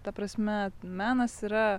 ta prasme menas yra